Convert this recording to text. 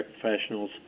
professionals